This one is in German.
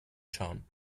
schauen